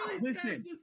listen